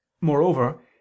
Moreover